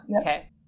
okay